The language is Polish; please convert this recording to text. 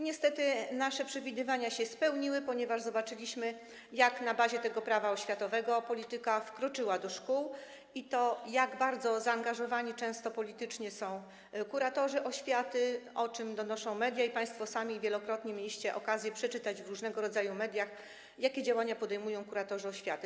Niestety, nasze przewidywania się spełniły, ponieważ zobaczyliśmy, jak na bazie tego Prawa oświatowego polityka wkroczyła do szkół, i to, jak bardzo zaangażowani, często politycznie, są kuratorzy oświaty, o czym donoszą media i państwo sami wielokrotnie mieliście okazję przeczytać w różnego rodzaju mediach, jakie działania podejmują kuratorzy oświaty.